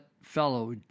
fellow